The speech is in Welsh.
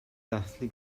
dathlu